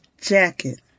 jacket